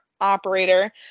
operator